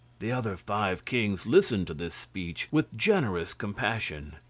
the other five kings listened to this speech with generous compassion.